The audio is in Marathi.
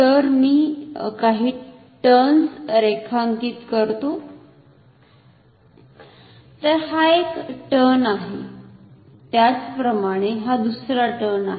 तर मी काही टर्न्स रेखांकित करतो तर हा एक टर्न आहे त्याचप्रमाणे हा दुसरा टर्न आहे